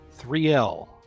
3L